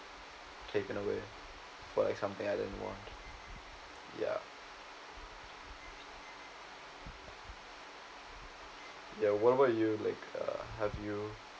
taken away for like something I didn't want ya ya what about you uh have you